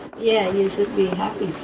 yeah you should be happy.